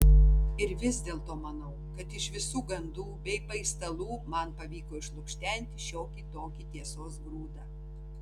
ir vis dėlto manau kad iš visų gandų bei paistalų man pavyko išlukštenti šiokį tokį tiesos grūdą